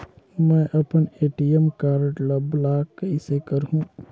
मै अपन ATM card ल ब्लाक कइसे करहूं?